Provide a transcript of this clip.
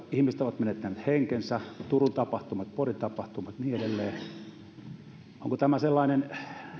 ihmiset ovat jopa menettäneet henkensä turun tapahtumat porin tapahtumat ja niin edelleen onko tämä sellainen